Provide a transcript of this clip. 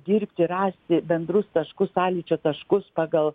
į dirbti rasti bendrus taškus sąlyčio taškus pagal